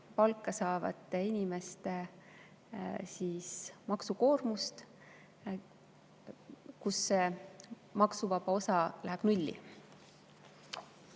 palka saavate inimeste maksukoormust, maksuvaba osa läheb nulli.